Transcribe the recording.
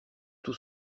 tout